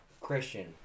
Christian